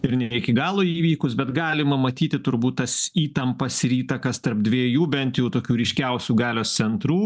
ir ne iki galo įvykus bet galima matyti turbūt tas įtampas ir įtakas tarp dviejų bent jau tokių ryškiausių galios centrų